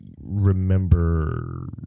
remember